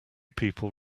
people